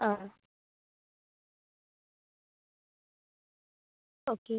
ആ ഓക്കെ